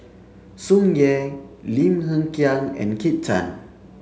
Tsung Yeh Lim Hng Kiang and Kit Chan